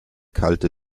kalte